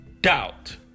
doubt